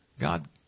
God